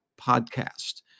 podcast